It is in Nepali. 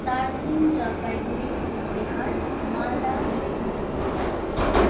दार्जिलिङ जलपाइगुडी कुचबिहार मालदा बिरभुम